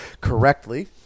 correctly